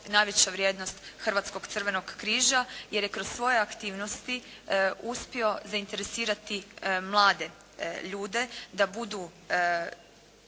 najveća vrijednost Hrvatskog crvenog križa jer je kroz svoje aktivnosti uspio zainteresirati mlade ljude da budu